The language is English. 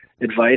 advice